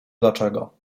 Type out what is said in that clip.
dlaczego